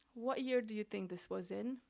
what year do you think this was in?